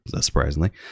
surprisingly